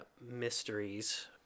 mysteries